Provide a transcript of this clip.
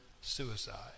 suicide